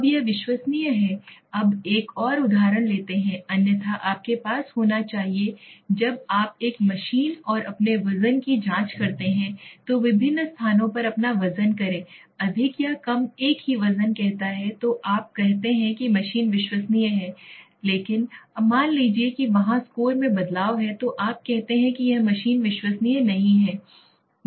अब यह विश्वसनीय है अब एक और उदाहरण लेते हैं अन्यथा आपके पास होना चाहिए जब आप एक मशीन और अपने वजन की जांच करते हैं तो विभिन्न स्थानों पर अपना वजन करें अधिक या कम एक ही वजन कहता है तो आप कहते हैं कि मशीन विश्वसनीय है लेकिन मान लीजिए कि वहाँ स्कोर में बदलाव है तो आप कहते हैं कि यह मशीन विश्वसनीय नहीं है